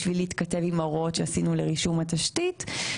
בשביל להתכתב עם ההוראות שעשינו לרישום התשתית.